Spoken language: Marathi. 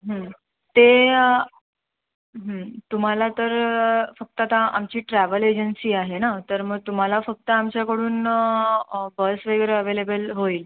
ते तुम्हाला तर फक्त आता आमची ट्रॅव्हल एजन्सी आहे ना तर मग तुम्हाला फक्त आमच्याकडून बस वगैरे अव्हेलेबल होईल